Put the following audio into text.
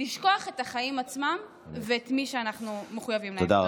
לשכוח את החיים עצמם ואת מי שאנחנו מחויבים להם.